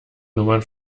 nummern